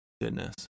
goodness